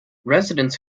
residents